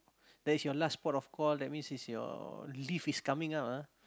that is your last port of call that means is your leave is coming up ah